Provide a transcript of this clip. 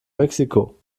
mexiko